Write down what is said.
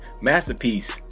masterpiece